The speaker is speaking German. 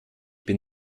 bin